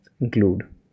include